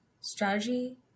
strategy